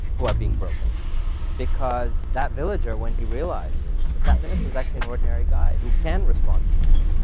who are being broken because that villager, when he realizes that that minister is actually an ordinary guy who can respond to me,